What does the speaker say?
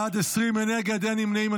בעד, 20, אין נגד, אין נמנעים.